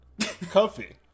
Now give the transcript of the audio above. coffee